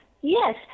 Yes